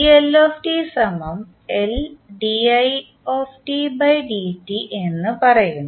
എന്ന് പറയുന്നു